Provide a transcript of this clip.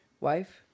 wife